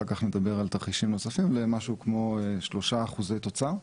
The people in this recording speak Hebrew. נדבר אחר כך על תרחישים נוספים למשהו כמו שלושה אחוזי תוצר,